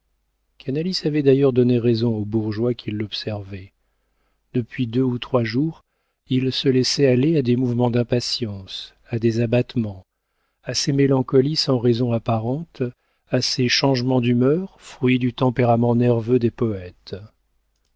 avait d'ailleurs donné raison aux bourgeois qui l'observaient depuis deux ou trois jours il se laissait aller à des mouvements d'impatience à des abattements à ces mélancolies sans raison apparente à ces changements d'humeur fruits du tempérament nerveux des poëtes